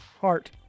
Heart